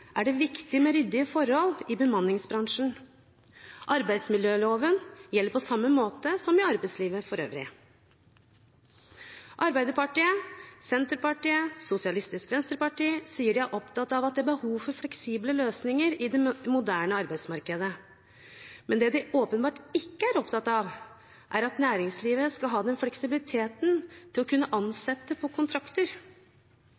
er det viktig med ryddige forhold i bemanningsbransjen. Arbeidsmiljøloven gjelder på samme måte som i arbeidslivet for øvrig. Arbeiderpartiet, Senterpartiet og Sosialistisk Venstreparti sier at de er opptatt av at det er behov for fleksible løsninger i det moderne arbeidsmarkedet. Men det de åpenbart ikke er opptatt av, er at næringslivet skal ha den fleksibiliteten til å kunne ansette på kontrakter.